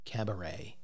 Cabaret